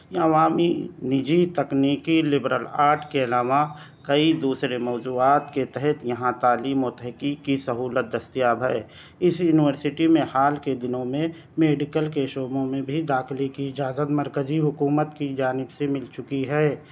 عوامی نجی تکنیکی لبلرل آرٹ کے علاوہ کئی دوسرے موضوعات کے تحت یہاں تعلیم و تحقیق کی سہولت دستیاب ہے اس یونیورسٹی میں حال کے دنوں میں میڈیکل کے شعبوں میں بھی داخلے کی اجازت مرکزی حکومت کی جانب سے مل چکی ہے